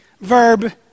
Verb